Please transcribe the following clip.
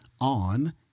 on